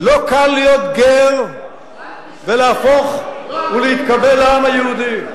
לא קל להיות גר ולהפוך ולהתקבל לעם היהודי.